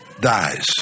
dies